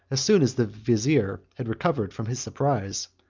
as soon as the vizier had recovered from his surprise,